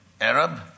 Arab